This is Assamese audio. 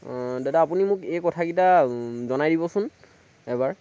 দাদা আপুনি মোক এই কথাকেইটা জনাই দিবচোন এবাৰ